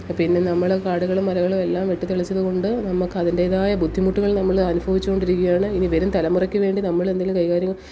പിന്നെ നമ്മളെ കാടുകളും മരങ്ങളും എല്ലാം വെട്ടി തെളിച്ചത് കൊണ്ട് നമ്മൾക്ക് അതിൻ്റേതായ ബുദ്ധിമുട്ടുകൾ നമ്മൾ അനുഭവിച്ചു കൊണ്ടിരിക്കുകയാണ് ഇനി വരും തലമുറയ്ക്ക് വേണ്ടി നമ്മൾ എന്തെങ്കിലും കൈകാര്യം